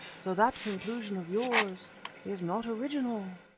so that conclusion of yours is not original.